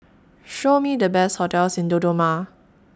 Show Me The Best hotels in Dodoma